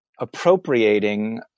appropriating